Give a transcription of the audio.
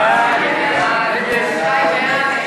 ההצעה להעביר את הצעת חוק הפחתת הגירעון